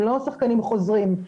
הם לא שחקנים חוזרים,